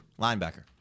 linebacker